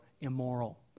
immoral